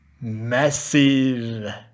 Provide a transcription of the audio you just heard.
Massive